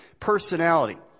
personality